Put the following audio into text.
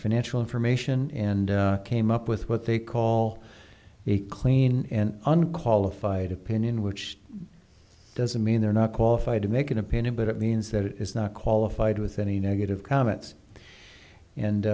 financial information and came up with what they call a clean and unqualified opinion which doesn't mean they're not qualified to make an opinion but it means that it is not qualified with any negative comments and